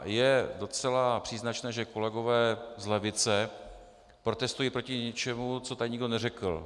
Je docela příznačné, že kolegové z levice protestují proti něčemu, co tady nikdo neřekl.